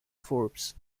forbes